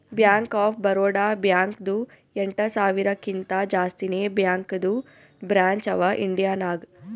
bank of Baroda ಬ್ಯಾಂಕ್ದು ಎಂಟ ಸಾವಿರಕಿಂತಾ ಜಾಸ್ತಿನೇ ಬ್ಯಾಂಕದು ಬ್ರ್ಯಾಂಚ್ ಅವಾ ಇಂಡಿಯಾ ನಾಗ್